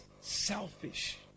selfish